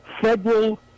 federal